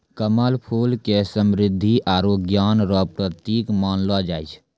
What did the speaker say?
कमल फूल के समृद्धि आरु ज्ञान रो प्रतिक मानलो जाय छै